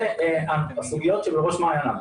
זה הסוגיות שבראש מעייניו.